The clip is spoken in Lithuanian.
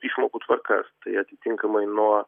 išmokų tvarkas tai atitinkamai nuo